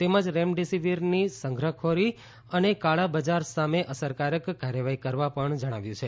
તેમજ રેમ ડેસીવીરની સંઘરાખોરી અને કાળા બજાર સામે અસરકારક કાર્યવાહી કરવા પણ જણાવ્યું છે